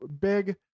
big